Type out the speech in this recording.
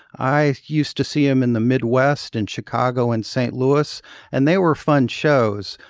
i used to see him in the midwest in chicago and st. lewis and they were fun shows.